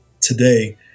today